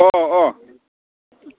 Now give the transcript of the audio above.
अह अह